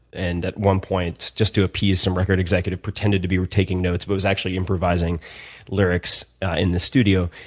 and at one point, just to appease some record executive, pretended to be taking notes but was actually improvising lyrics in the studio.